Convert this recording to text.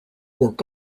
work